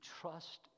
trust